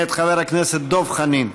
מאת חבר הכנסת דב חנין.